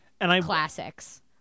classics